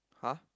!huh!